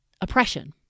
oppression